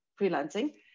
freelancing